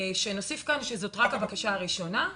ונוסיף כאן שזאת רק הבקשה הראשונה.